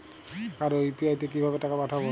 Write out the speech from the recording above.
কারো ইউ.পি.আই তে কিভাবে টাকা পাঠাবো?